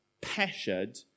pressured